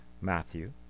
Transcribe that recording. Matthew